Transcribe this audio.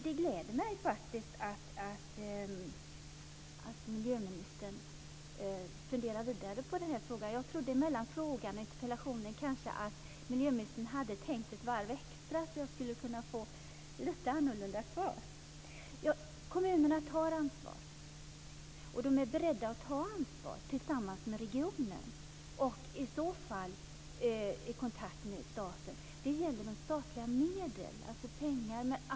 Det gläder mig att miljöministern funderar vidare på frågan. Jag trodde att miljöministern mellan frågan och interpellationen kanske hade tänkt ett varv extra så att jag skulle få lite annorlunda svar. Kommunerna tar ansvar, och de är beredda att ta ansvar tillsammans med regionen, och i så fall i kontakt i staten. Det gäller de statliga medlen, dvs. pengar.